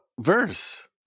verse